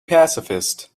pacifist